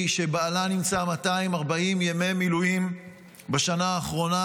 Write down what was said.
שבעלה נמצא 240 ימי מילואים בשנה האחרונה,